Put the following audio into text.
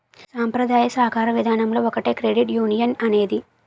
సాంప్రదాయ సాకార విధానంలో ఒకటే క్రెడిట్ యునియన్ అనేది